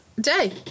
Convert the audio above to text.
day